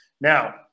Now